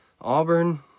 Auburn